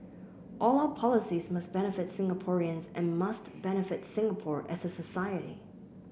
all our policies must benefit Singaporeans and must benefit Singapore as a society